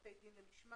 בתי דין למשמעת,